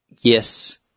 yes